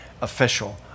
official